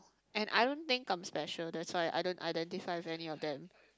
and I don't think come special that's why I don't identify any of them